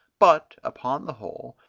but, upon the whole,